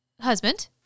Husband